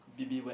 B_B wet